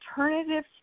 alternative